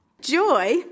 joy